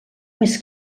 més